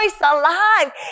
alive